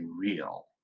real